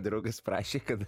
draugas prašė kad